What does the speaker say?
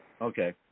okay